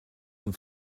amb